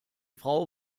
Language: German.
frau